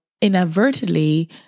inadvertently